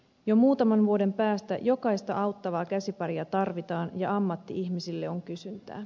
jo muutaman vuoden päästä jokaista auttavaa käsiparia tarvitaan ja ammatti ihmisille on kysyntää